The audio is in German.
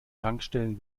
tankstellen